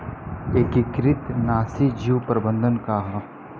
एकीकृत नाशी जीव प्रबंधन का ह?